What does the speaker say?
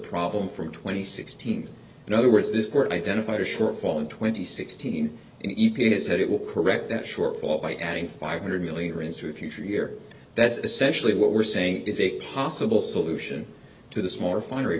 problem from twenty sixteen in other words this court identified a shortfall in twenty sixteen in e p a said it will correct that shortfall by adding five hundred million or into a future year that's essentially what we're saying is a possible solution to the smaller fine